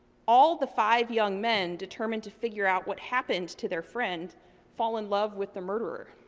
all the five young men determined to figure out what happened to their friend fall in love with the murderer.